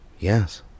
Yes